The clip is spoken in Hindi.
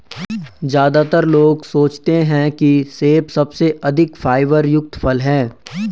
ज्यादातर लोग सोचते हैं कि सेब सबसे अधिक फाइबर युक्त फल है